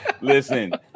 Listen